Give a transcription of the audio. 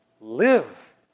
live